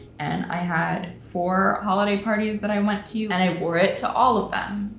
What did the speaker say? and i had four holiday parties that i went to, and i wore it to all of them,